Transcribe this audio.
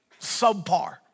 subpar